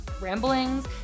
ramblings